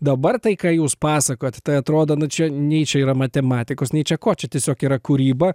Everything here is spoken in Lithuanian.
dabar tai ką jūs pasakojot tai atrodo nu čia nei čia yra matematikos nei čia ko čia tiesiog yra kūryba